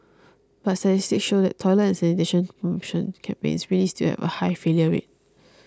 but statistics show that toilet and sanitation promotion campaigns really still have a high failure rate